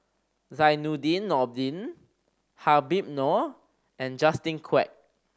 Zainudin Nordin Habib Noh and Justin Quek